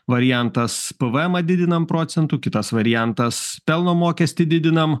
variantas pvmą didinam procentu kitas variantas pelno mokestį didinam